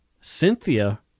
Cynthia